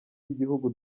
y’igihugu